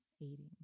eating